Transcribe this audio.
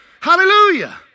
hallelujah